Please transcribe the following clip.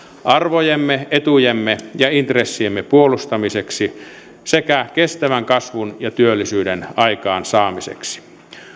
arvojemme etujemme ja intressiemme puolustamiseksi sekä kestävän kasvun ja työllisyyden aikaansaamiseksi